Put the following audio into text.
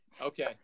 okay